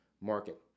market